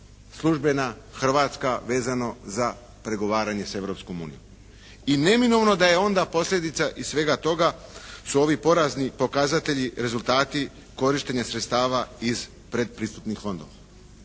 službena hrvatska vezano za pregovaranje s Europskom unijom. I neminovno da je onda posljedica i svega toga su ovi porazni pokazatelji rezultati korištenje sredstava iz predpristupnih fondova.